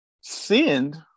sinned